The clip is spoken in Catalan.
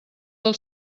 del